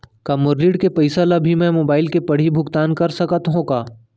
का मोर ऋण के पइसा ल भी मैं मोबाइल से पड़ही भुगतान कर सकत हो का?